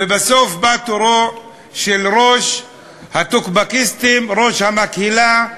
ובסוף בא תורו של ראש הטוקבקיסטים, ראש המקהלה,